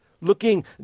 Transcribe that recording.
Looking